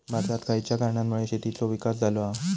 भारतात खयच्या कारणांमुळे शेतीचो विकास झालो हा?